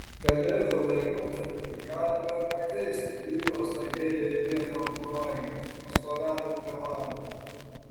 kalėdų laikotarpiui galima ir pakeisti įprastą gėlei vietą ant palangės ar stovelių prie lango